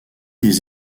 des